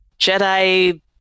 Jedi